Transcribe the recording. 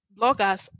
bloggers